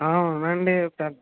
అవునండీ